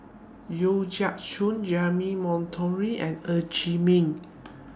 Yeo Siak Goon Jeremy Monteiro and Ng Chee Meng